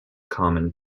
common